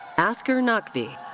asgher naqvi.